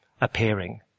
appearing